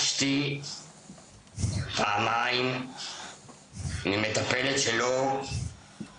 בפעמיים הללו הגשתי תלונה; גם בלשכה שהביאה אותן וגם במשטרה,